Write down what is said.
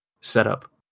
setup